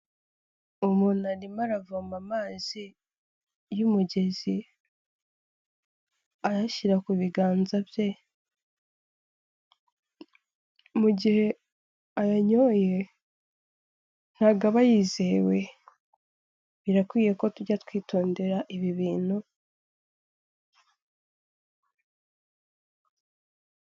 Umuntu arimo aravoma amazi y'umugezi ayashyira ku biganza bye. Mu gihe ayanyoye ntago aba yizewe, birakwiye ko tujya twitondera ibi bintu.